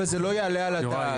אבל זה לא יעלה על הדעת.